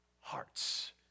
hearts